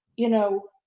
you know,